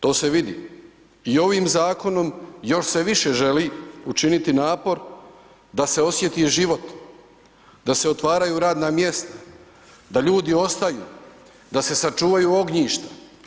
To se vidi i ovim zakonom još se više želi učiniti napor da se osjeti život, da se otvaraju radna mjesta, da ljudi ostaju, da se sačuvaju ognjišta.